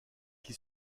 qui